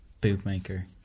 bootmaker